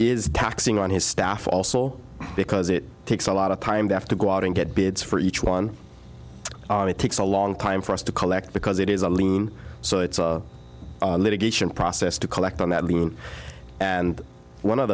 is taxing on his staff also because it takes a lot of time they have to go out and get bids for each one takes a long time for us to collect because it is a lean so it's a litigation process to collect on that level and one of